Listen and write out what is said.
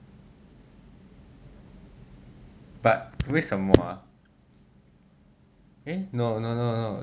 but 为什么 ah eh no no no no